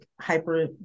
hyper